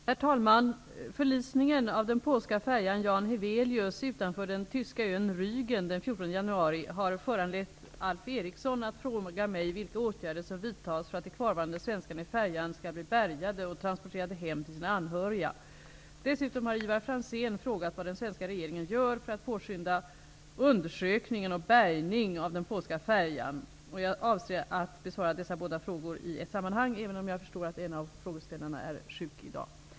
Herr talman! Förlisningen av den polska färjan Jan januari har föranlett Alf Eriksson att fråga mig vilka åtgärder som vidtas för att de kvarvarande svenskarna i färjan skall bli bärgade och transporterade hem till sina anhöriga. Dessutom har Ivar Franzén frågat vad den svenska regeringen gör för att påskynda undersökningen och bärgning av den polska färjan. Jag avser att besvara dessa båda frågor i ett sammanhang, även om jag förstår att en av frågeställarna är sjuk i dag.